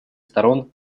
сторон